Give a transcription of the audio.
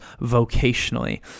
vocationally